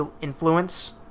influence